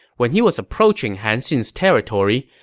when he was approaching han xin's territory,